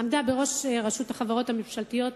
שעמדה בראש רשות החברות הממשלתיות,